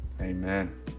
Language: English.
Amen